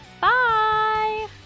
Bye